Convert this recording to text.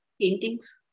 paintings